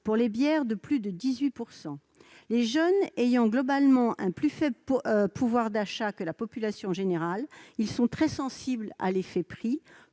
pour les bières de plus de 18 %. Les jeunes ayant globalement un plus faible pouvoir d'achat que la population générale, ils sont très sensibles à l'effet prix,